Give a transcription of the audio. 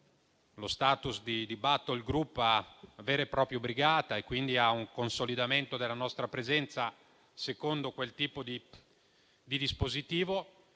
*status* di *battle group* a quello di vera e propria brigata, con un consolidamento della nostra presenza secondo quel tipo di dispositivo.